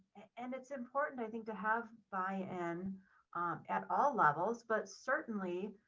and it's important, i think, to have buy in at all levels, but certainly,